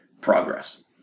progress